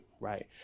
right